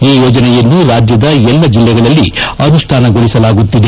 ಈ ಯೋಜನೆಯನ್ನು ರಾಜ್ಯದ ಎಲ್ಲಾ ಜಿಲ್ಲೆಗಳಲ್ಲಿ ಅನುಷ್ಠಾನಗೊಳಿಸಲಾಗುತ್ತಿದೆ